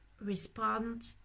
respond